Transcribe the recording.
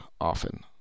often